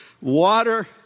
water